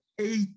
eight